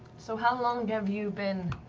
so how long have you been